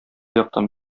яктан